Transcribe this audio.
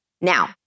Now